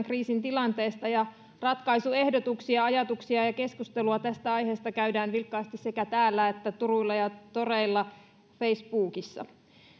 kriisin tilanteesta ja ratkaisuehdotuksia ajatuksia ja keskustelua tästä aiheesta käydään vilkkaasti sekä täällä että turuilla ja toreilla ja facebookissa